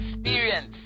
experience